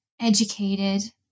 educated